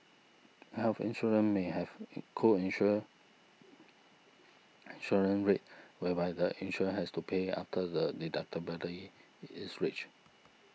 health insurance may have a co insure insurance rate whereby the insured has to pay after the deductible is reached